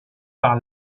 par